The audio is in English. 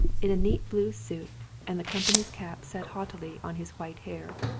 in a neat blue suit and the com pany's cap set jauntily on his white hair,